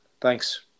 thanks